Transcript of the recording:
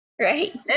Right